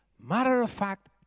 matter-of-fact